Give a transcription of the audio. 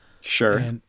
Sure